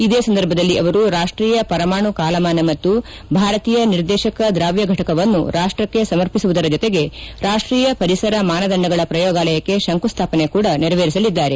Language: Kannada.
ಇದೇ ಸಂದರ್ಭದಲ್ಲಿ ಅವರು ರಾಷ್ಷೀಯ ಪರಮಾಣು ಕಾಲಮಾನ ಮತ್ತು ಭಾರತೀಯ ನಿರ್ದೇಶಕ ದ್ರಾವ್ಯ ಫಟಕವನ್ನು ರಾಷ್ಲಕ್ಷೆ ಸಮರ್ಪಸುವುದರ ಜೊತೆಗೆ ರಾಷ್ಷೀಯ ಪರಿಸರ ಮಾನದಂಡಗಳ ಶ್ರಯೋಗಾಲಯಕ್ಕೆ ಶಂಕುಸ್ಥಾಪನೆ ಕೂಡ ನೆರವೇರಿಸಲಿದ್ದಾರೆ